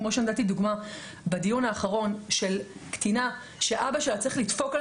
כמו שנתתי דוגמה בדיון האחרון של קטינה שאבא שלה צריך לדפוק על